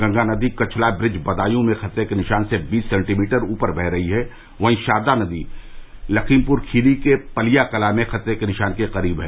गंगा नदी कछला ब्रिज बदायूँ में खतरे के निशान से बीस सेंटीमीटर रूपर बह रही है वहीं शारदा नदी लखीमपुर खीरी के पलिया कला में खतरे के निशान के करीब है